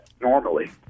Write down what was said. normally